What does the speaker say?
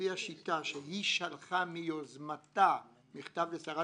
לפי השיטה שהיא שלחה מיוזמתה מכתב לשרת